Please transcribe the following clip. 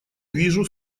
вижу